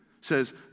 says